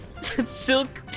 Silk